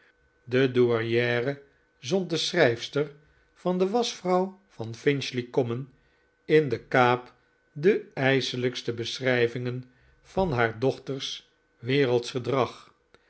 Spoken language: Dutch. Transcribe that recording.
de douairiere zond de schrijfster van de waschvrouw van finchley common in de kaap de ijselijkste beschrijvingen van haar dochters wereldsch gedrag